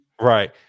Right